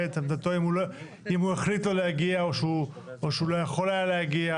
את עמדתו אם הוא החליט לא להגיע או שהוא לא יכול היה להגיע,